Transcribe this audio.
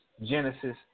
Genesis